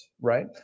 right